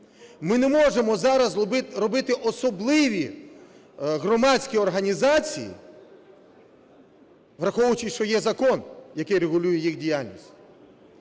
Ми не можемо зараз робити особливі громадські організації, враховуючи, що є закон, який регулює їх діяльність.